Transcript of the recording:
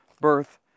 birth